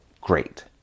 great